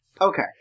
Okay